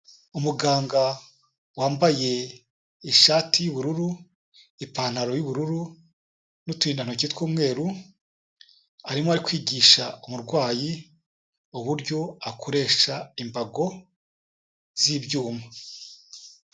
Umuganga wambaye ishati y'ubururu, ipantaro y'ubururu n'uturindantoki tw'umweru, arimo ari kwigisha umurwayi, uburyo akoresha imbago, z'ibyuma.